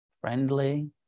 friendly